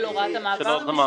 של הוראת המעבר.